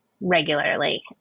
regularly